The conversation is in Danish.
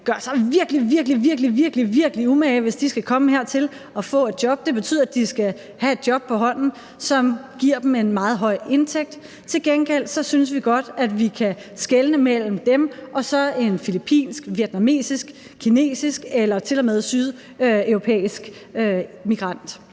de muslimske lande, skal gøre sig virkelig, virkelig umage, hvis de skal komme hertil og få et job. Det betyder, at de skal have et job på hånden, som giver dem en meget høj indtægt. Til gengæld synes vi godt, at vi kan skelne mellem dem og så en filippinsk, vietnamesisk, kinesisk eller til og med sydeuropæisk migrant.